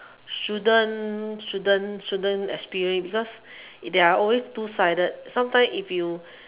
shouldn't shouldn't shouldn't experience because there are always two sided sometimes if you